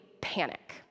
panic